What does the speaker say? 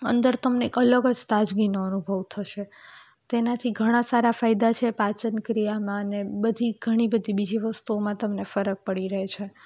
અંદર તમને એક અલગ જ તાજગીનો અનુભવ થશે તેનાથી ઘણા સારા ફાયદા છે પાચન ક્રિયામાં ને બધી ઘણી બધી બીજી વસ્તુઓમાં તમને ફરક પડી રહે છે